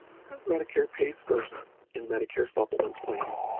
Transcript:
because medicare pays first in medicare supplement plans,